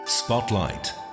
Spotlight